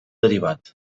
derivat